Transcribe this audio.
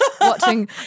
watching